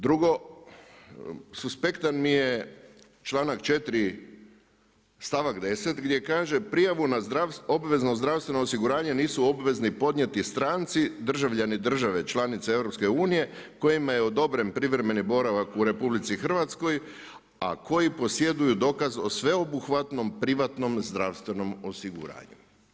Drugo, suspektan mi je članak 4. stavak 10. gdje kaže „prijavu na obvezno zdravstveno osiguranje nisu obvezni podnijeti stranci, državljani države članice EU kojima je odobren privremeni boravak u RH, a koji posjeduju dokaz o sveobuhvatnom privatnom zdravstvenom osiguranju“